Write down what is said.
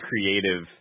creative